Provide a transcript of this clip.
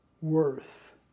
worth